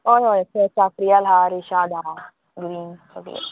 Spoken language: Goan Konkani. हय हय फ्रेश काफ्रियल आहा रेशाद आहा ग्रीन सगळें